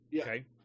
Okay